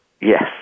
Yes